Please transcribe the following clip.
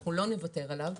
אנחנו לא נוותר עליו,